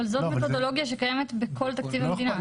אבל זאת מתודולוגיה שקיימת בכל תקציב המדינה.